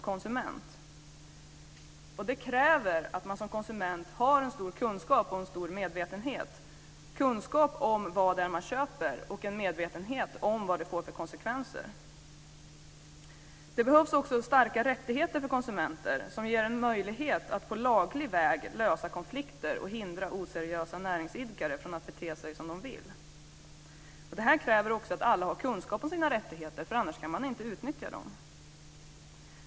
Det kräver att man som konsument har en stor kunskap och en stor medvetenhet - kunskap om vad det är man köper och medvetenhet om vad det får för konsekvenser. Det behövs också starka rättigheter för konsumenter, som ger en möjlighet att på laglig väg lösa konflikter och hindra oseriösa näringsidkare från att bete sig som de vill. Det kräver också att alla har kunskap om sina rättigheter, för annars kan man inte utnyttja dem.